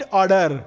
order